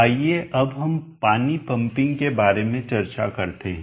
आइए अब हम पानी पंपिंग के बारे में चर्चा करते हैं